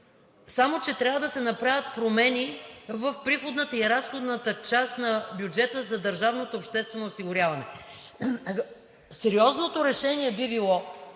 Само че трябва да се направят промени в приходната и разходната част на бюджета за държавното обществено осигуряване. Сериозното решение би било,